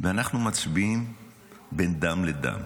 ואנחנו מצביעים בין דם לדם.